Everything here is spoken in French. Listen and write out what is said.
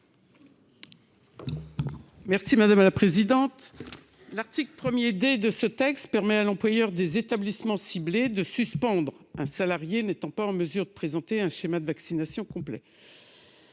Mme Raymonde Poncet Monge. L'article 1 D de ce texte permet à l'employeur des établissements ciblés de suspendre un salarié n'étant pas en mesure de présenter un schéma de vaccination complet.